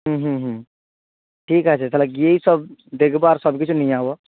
হুম হুম হুম ঠিক আছে তাহলে গিয়েই সব দেখব আর সব কিছু নিয়ে যাব